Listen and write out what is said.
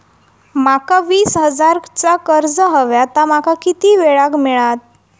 माका वीस हजार चा कर्ज हव्या ता माका किती वेळा क मिळात?